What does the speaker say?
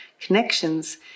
connections